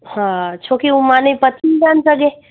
हा छो कि हू माने आहिनि तॾहिं